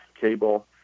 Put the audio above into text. cable